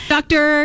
Doctor